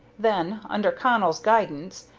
then, under connell's guidance,